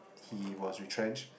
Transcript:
he was retrenched